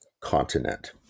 continent